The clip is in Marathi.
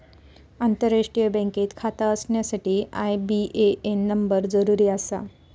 आंतरराष्ट्रीय बँकेत खाता असण्यासाठी आई.बी.ए.एन नंबर जरुरी आहे